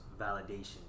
Validation